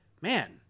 man